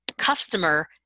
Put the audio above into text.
customer